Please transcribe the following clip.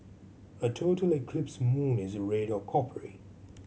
a total eclipse moon is red or coppery